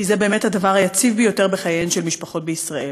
כי זה באמת הדבר היציב ביותר בחייהן של משפחות בישראל.